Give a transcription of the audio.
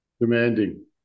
Demanding